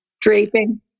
draping